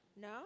No